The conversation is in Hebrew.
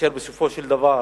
אשר בסופו של דבר